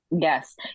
Yes